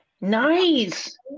Nice